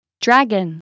Dragon